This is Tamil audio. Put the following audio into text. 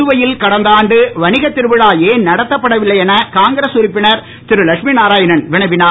புதுவையில் கடந்த ஆண்டு வணிகத் திருவிழா ஏன் நடத்தப்படவில்லை என காங்கிரஸ் உறுப்பினர் திரு லட்சுமி நாராயணன் வினவினார்